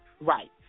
Right